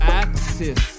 axis